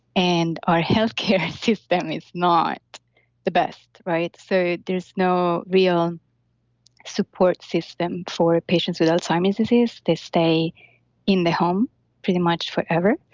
and our healthcare system is not the best, right? so, there's no real support system for patients with alzheimer's disease. they stay in their home pretty much forever.